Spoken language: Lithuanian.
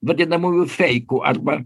vadinamųjų feikų arba